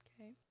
okay